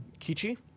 Kichi